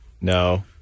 No